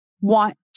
want